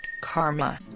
karma